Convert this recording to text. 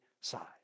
side